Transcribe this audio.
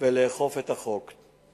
ולאכוף את החוק.